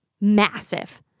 massive